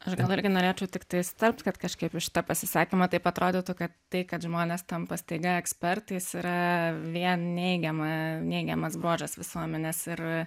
aš gal irgi norėčiau tiktai įsiterpti kad kažkaip iš šito pasisakymo taip atrodytų kad tai kad žmonės tampa staiga ekspertais yra vien neigiama neigiamas bruožas visuomenės ir